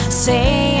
Say